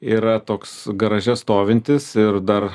yra toks garaže stovintis ir dar